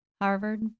Harvard